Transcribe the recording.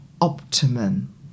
optimum